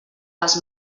les